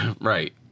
Right